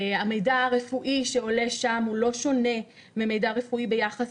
המידע הרפואי שעולה שם לא שונה ממידע רפואי ביחס